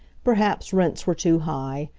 perhaps rents were too high.